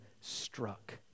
struck